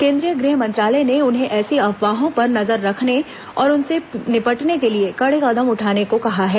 केंद्रीय गृह मंत्रालय ने उन्हें ऐसी अफवाहों पर नजर रखने और उनसे निपटने के लिए कड़े कदम उठाने को कहा है